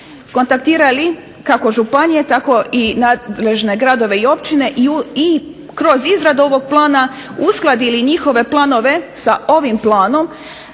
kontaktirali kako županije tako i nadležne gradove i općine i kroz izradu ovog plana uskladili njihove planove s ovim planom,